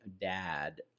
dad